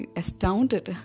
astounded